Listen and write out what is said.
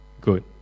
good